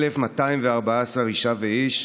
1,151,214 אישה ואיש,